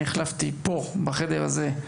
אני החלפתי פה, בחדר הזה,